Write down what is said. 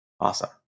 Awesome